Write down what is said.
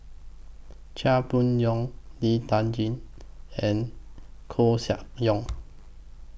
Chia Boon Leong Lee Tjin and Koeh Sia Yong